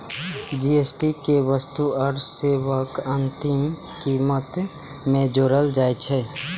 GST कें वस्तु आ सेवाक अंतिम कीमत मे जोड़ल जाइ छै